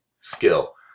skill